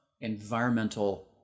environmental